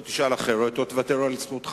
או שתשאל שאלה אחרת או שתוותר על זכותך.